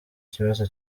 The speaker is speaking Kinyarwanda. kibazo